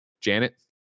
janet